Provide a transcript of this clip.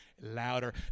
louder